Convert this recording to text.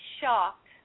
shocked